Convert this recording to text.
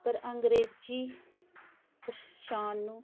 ਪਰ ਅੰਗਰੇਜ਼ੀ ਇਨਸਾਨ ਨੂੰ